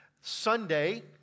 Sunday